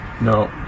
No